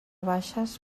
baixes